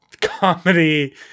comedy